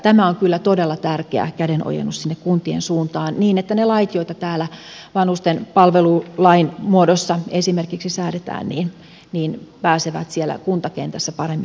tämä on kyllä todella tärkeä kädenojennus sinne kuntien suuntaan niin että ne lait joita täällä esimerkiksi vanhuspalvelulain muodossa säädetään pääsevät siellä kuntakentässä paremmin voimiinsa